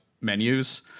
menus